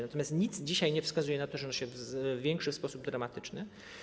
Natomiast nic dzisiaj nie wskazuje na to, że ono się zwiększy w sposób dramatyczny.